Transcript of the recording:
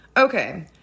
Okay